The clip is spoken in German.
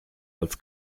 als